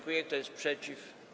Kto jest przeciw?